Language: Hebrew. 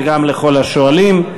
וגם לכל השואלים.